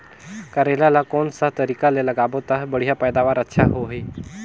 करेला ला कोन सा तरीका ले लगाबो ता बढ़िया पैदावार अच्छा होही?